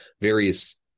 various